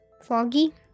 Foggy